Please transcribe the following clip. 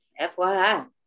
FYI